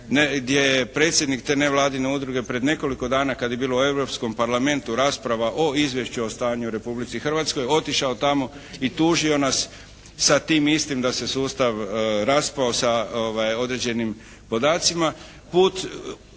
gdje je predsjednik te nevladine udruge pred nekoliko dana kad je bilo u Europskom parlamentu rasprava o izvješću o stanju u Republici Hrvatskoj tamo i tužio nas sa tim istim da se sustav raspao sa određenim podacima.